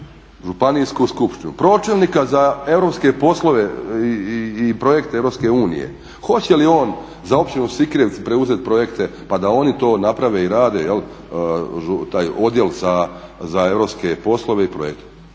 županijsku skupštinu, pročelnika za europske poslove i projekte EU hoće li on za općinu Sikirevci preuzeti projekte pa da oni to naprave i rade taj odjel za europske poslove i projekte?